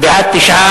בעד, 9,